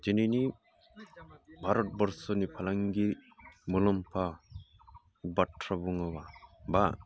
दिनैनि भारतबर्सनि फालांगि मुलाम्फा बाथ्रा बुङोबा बा